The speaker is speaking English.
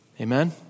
Amen